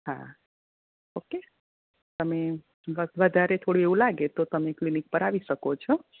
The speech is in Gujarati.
હા ઓકે તમે વધારે થોડું એવું લાગે તો તમે ક્લિનિક પર આવી શકો છો